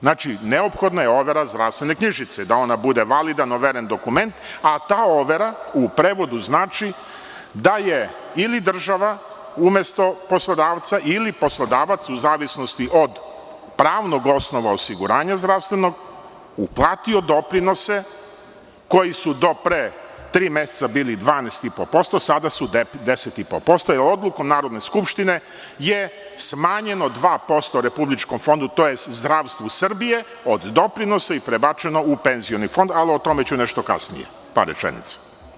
Znači, neophodna je overa zdravstvene knjižice, da ona bude validan overen dokument, a ta overa u prevodu znači da je ili država umesto poslodavca ili poslodavac u zavisnosti od pravnog osnova osiguranja zdravstvenog uplatio doprinose koji su do pre tri meseca bili 12,5%, sada su 10,5% jer odlukom Narodne skupštine je smanjeno 2% Republičkom fondu tj. zdravstvu Srbije od doprinosa i prebačeno u Penzioni fond, ali o tome ću nešto kasnije, par rečenica.